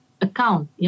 account